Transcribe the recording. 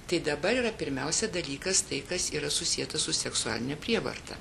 tai dabar yra pirmiausia dalykas tai kas yra susieta su seksualine prievarta